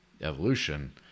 Evolution